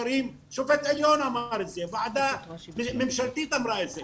שופט עליון אמר את זה, ועדה ממשלתית אמרה את זה.